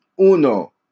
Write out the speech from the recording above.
uno